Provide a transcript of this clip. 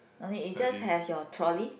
no need you just have your trolley